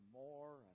more